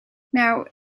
now